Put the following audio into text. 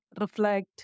reflect